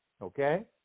okay